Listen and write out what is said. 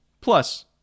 Plus